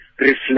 reflect